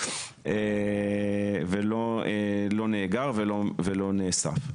לא נאגר ולא נאסף.